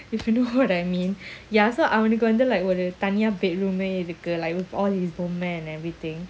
if you know what I mean ya so அவனுக்குவந்து:avanuku vandhu like தனியா:thaniya bedroom eh இருக்கு:iruku like with all his and everything